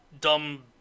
Dumb